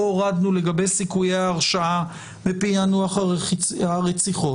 הורדנו לגבי סיכויי ההרשעה ופענוח הרציחות,